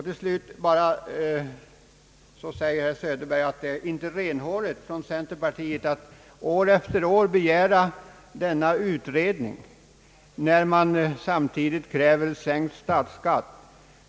Till slut säger herr Söderberg att det inte är renhårigt av centerpartiet att år efter år begära denna utredning, när man samtidigt kräver sänkt statsskatt.